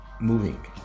moving